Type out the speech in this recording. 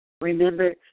Remember